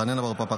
חנניא בר פפא,